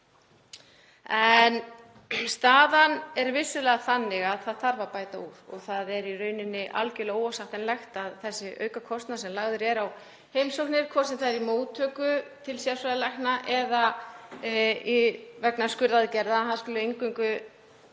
Staðan er vissulega þannig að það þarf að bæta úr og það er í rauninni algerlega óásættanlegt að þessi aukakostnaður sem lagður er á heimsóknir, hvort sem það er í móttöku til sérfræðilækna eða vegna skurðaðgerða, skuli eingöngu